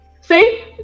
See